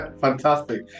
Fantastic